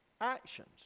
actions